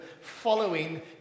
following